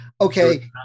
okay